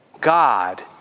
God